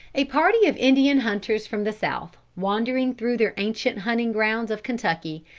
a party of indian hunters from the south wandering through their ancient hunting grounds of kentucky,